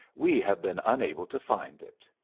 we have been unable to find it.